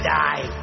die